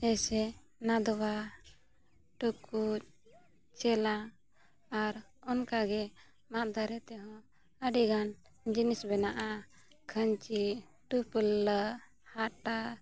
ᱮᱭᱥᱮ ᱱᱟᱫᱽᱣᱟ ᱴᱩᱠᱩᱡ ᱪᱮᱞᱟᱝ ᱟᱨ ᱚᱱᱠᱟ ᱜᱮ ᱢᱟᱫ ᱫᱟᱨᱮ ᱛᱮᱦᱚᱸ ᱟᱹᱰᱤᱜᱟᱱ ᱡᱤᱱᱤᱥ ᱵᱮᱱᱟᱜᱼᱟ ᱠᱷᱟᱹᱧᱪᱤ ᱴᱩᱯᱟᱹᱞᱟᱹ ᱦᱟᱴᱟᱜ